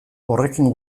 horrekin